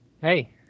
Hey